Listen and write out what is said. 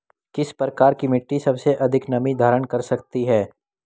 किस प्रकार की मिट्टी सबसे अधिक नमी धारण कर सकती है?